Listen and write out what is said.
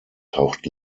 taucht